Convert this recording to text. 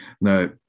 no